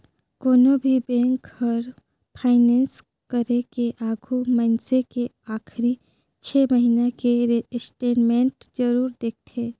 कोनो भी बेंक हर फाइनेस करे के आघू मइनसे के आखरी छे महिना के स्टेटमेंट जरूर देखथें